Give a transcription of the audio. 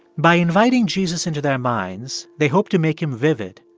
by inviting jesus into their minds, they hope to make him vivid,